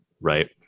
right